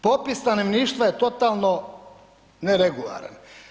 Popis stanovništva je totalno neregularan.